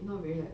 not very like